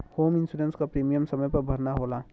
home insurance क premium समय पर भरना होला